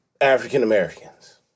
African-Americans